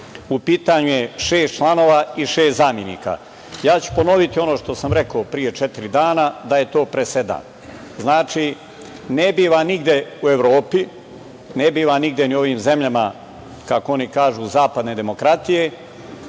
U pitanju je šest članova i šest zamenika. Ponoviću ono što sam rekao pre četiri dana, da je to presedan. Znači, ne biva nigde u Evropi, ne biva nigde ni u ovim zemljama, kako oni kažu, zapadne demokratije